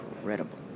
incredible